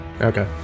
Okay